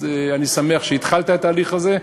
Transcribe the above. אז אני שמח שהתחלת את ההליך הזה,